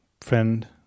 friend